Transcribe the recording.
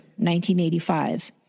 1985